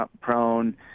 prone